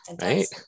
right